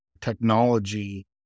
technology